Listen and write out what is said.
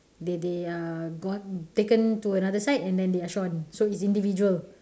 they they are gone taken to another site and then they are shorn so it's individual